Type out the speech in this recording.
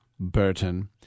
Burton